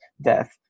death